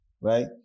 right